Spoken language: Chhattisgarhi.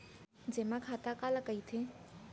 जेमा खाता काला कहिथे?